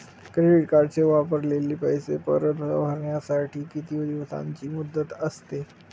Credit कार्डचे वापरलेले पैसे परत भरण्यासाठी किती दिवसांची मुदत असते?